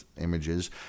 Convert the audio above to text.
images